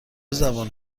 زبان